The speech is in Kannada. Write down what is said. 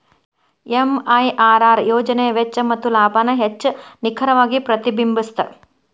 ಎಂ.ಐ.ಆರ್.ಆರ್ ಯೋಜನೆಯ ವೆಚ್ಚ ಮತ್ತ ಲಾಭಾನ ಹೆಚ್ಚ್ ನಿಖರವಾಗಿ ಪ್ರತಿಬಿಂಬಸ್ತ